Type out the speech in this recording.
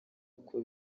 uko